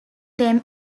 them